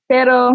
Pero